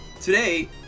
today